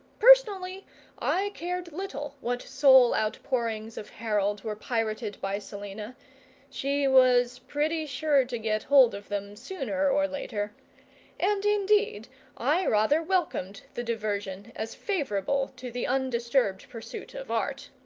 personally i cared little what soul-outpourings of harold were pirated by selina she was pretty sure to get hold of them sooner or later and indeed i rather welcomed the diversion as favourable to the undisturbed pursuit of art.